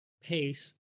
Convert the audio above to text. pace